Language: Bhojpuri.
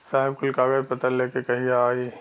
साहब कुल कागज पतर लेके कहिया आई?